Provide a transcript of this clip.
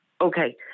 okay